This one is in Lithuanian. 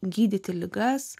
gydyti ligas